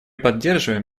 поддерживаем